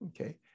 Okay